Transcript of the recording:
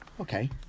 Okay